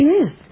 Yes